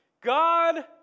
God